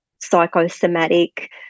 psychosomatic